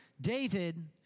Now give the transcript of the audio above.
David